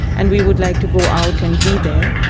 and we would like to go out and be there.